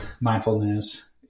mindfulness